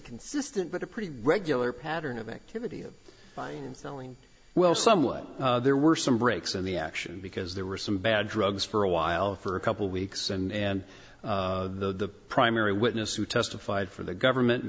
consistent but a pretty regular pattern of activity of buying and selling well some way there were some breaks in the action because there were some bad drugs for a while for a couple of weeks and the primary witness who testified for the government